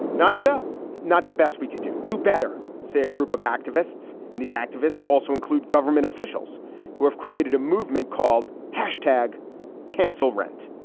not so not the best we could do. do better, say a group of activists. and these activists also include government officials who have created a movement called hashtag cancel rent,